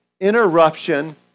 interruption